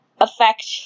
affect